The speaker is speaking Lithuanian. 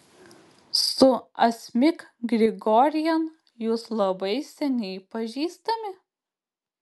su asmik grigorian jūs labai seniai pažįstami